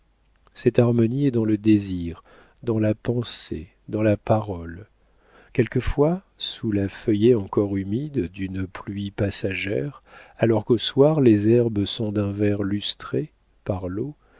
cette harmonie est dans le désir dans la pensée dans la parole quelquefois sous la feuillée encore humide d'une pluie passagère alors qu'au soir les herbes sont d'un vert lustré par l'eau